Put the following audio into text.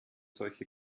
solche